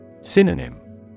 Synonym